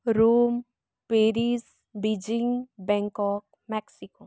Rome Paris Beijing Bangkok Mexico